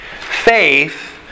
faith